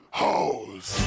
hoes